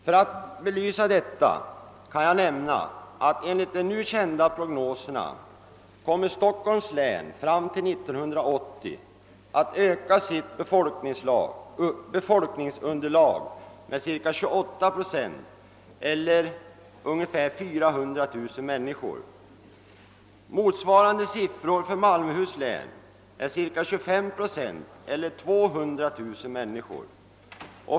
För att belysa detta kan jag nämna att enligt de nu kända prognoserna Stockholms län kommer att fram till 1980 öka sitt befolkningsunderlag med cirka 28 procent, eller ungefär 400 000 människor. Motsvarande siffror för Malmöhus län är cirka 25 procent, eller 200 000 människor.